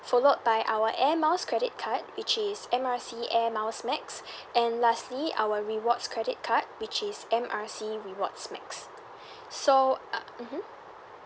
followed by our air miles credit card which is M R C air miles credit card max and lastly our rewards credit card which is M R C rewards max so uh mmhmm